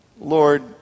Lord